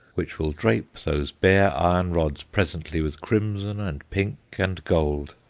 which will drape those bare iron rods presently with crimson and pink and gold.